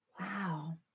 Wow